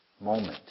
moment